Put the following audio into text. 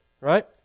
right